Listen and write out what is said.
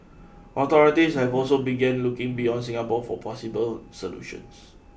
authorities have also begun looking beyond Singapore for possible solutions